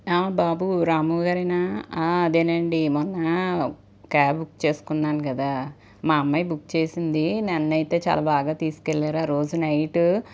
బాబు రామూ గారేనా అదేనండి మొన్న క్యాబ్ బుక్ చేసుకున్నాను కదా మా అమ్మాయి బుక్ చేసింది నన్నైతే చాలా బాగా తీసుకెళ్ళారు ఆ రోజు నైటు